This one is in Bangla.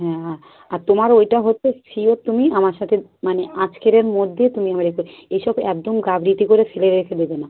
হ্যাঁ আর তোমার ওইটা হচ্ছে ফিরে তুমি আমার সাথে মানে আজকেরের মধ্যে তুমি আবার এতে এসব একদম গাফিলতি করে ফেলে রেখে দেবে না